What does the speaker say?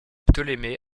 ptolémée